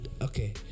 okay